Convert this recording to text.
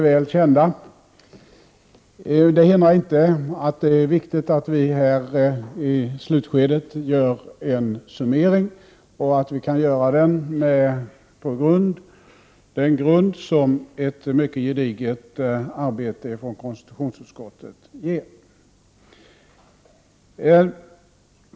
Det hindrar dock inte att det är viktigt att vi så här i slutskedet gör en summering och att vi kan göra den på den grund som ett mycket gediget arbete i konstitutionsutskottet ger.